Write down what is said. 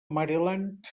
maryland